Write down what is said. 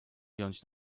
wziąć